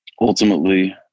ultimately